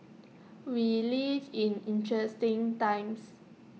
we live in interesting times